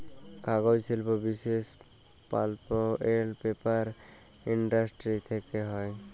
কাগজ শিল্প বিশেষ পাল্প এল্ড পেপার ইলডাসটিরি থ্যাকে হ্যয়